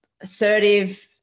assertive